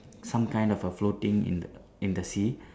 some kind of a floating in the in the sea